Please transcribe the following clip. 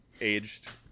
aged